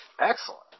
Excellent